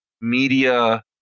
media